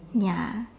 ya